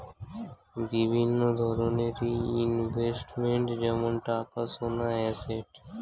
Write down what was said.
বিভিন্ন ধরনের ইনভেস্টমেন্ট যেমন টাকা, সোনা, অ্যাসেট